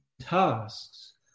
tasks